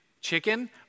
chicken